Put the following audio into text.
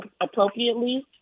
appropriately